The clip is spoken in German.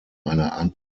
eine